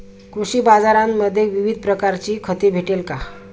कृषी बाजारांमध्ये विविध प्रकारची खते भेटेल का?